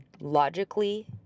logically